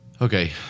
Okay